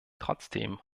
trotzdem